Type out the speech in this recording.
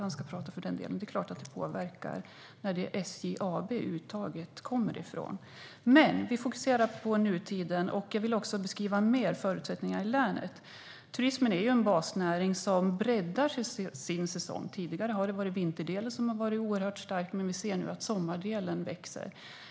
Det är klart att det påverkar när uttaget görs från SJ AB. Låt oss fokusera på nutiden. Jag vill beskriva förutsättningarna i länet lite mer. Turismen är en basnäring som breddar sin säsong. Tidigare var vintersäsongen stark, men nu ser vi att sommarsäsongen växer.